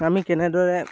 আমি কেনেদৰে